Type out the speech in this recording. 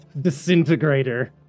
disintegrator